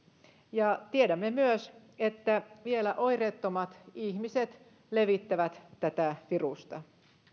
tiedämme myös että vielä oireettomat ihmiset levittävät tätä virusta